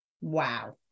Wow